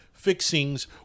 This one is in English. fixings